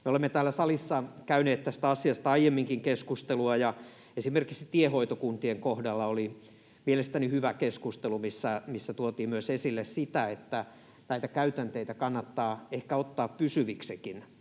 Me olemme täällä salissa käyneet tästä asiasta aiemminkin keskustelua, ja esimerkiksi tiehoitokuntien kohdalla oli mielestäni hyvä keskustelu, missä tuotiin esille myös sitä, että näitä käytänteitä kannattaa ehkä ottaa pysyviksikin